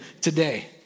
today